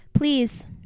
Please